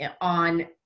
on